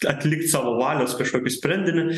atlikt savo valios kažkokį sprendinį